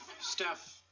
Steph